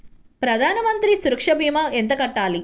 ప్రధాన మంత్రి సురక్ష భీమా ఎంత కట్టాలి?